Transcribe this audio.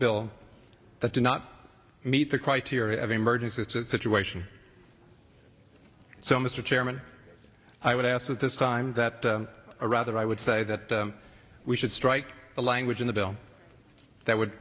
bill that did not meet the criteria of emergency it's a situation so mr chairman i would ask at this time that or rather i would say that we should strike a language in the bill that would